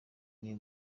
ari